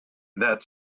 that